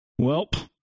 Welp